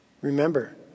Remember